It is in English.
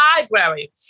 library